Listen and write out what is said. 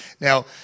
Now